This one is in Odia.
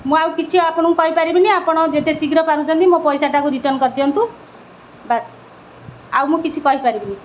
ମୁଁ ଆଉ କିଛି ଆପଣଙ୍କୁ କହିପାରିବିନି ଆପଣ ଯେତେ ଶୀଘ୍ର ପାରୁଛନ୍ତି ମୋ ପଇସାଟାକୁ ରିଟର୍ଣ୍ଣ୍ କରିଦିଅନ୍ତୁ ବାସ୍ ଆଉ ମୁଁ କିଛି କହିପାରିବିନି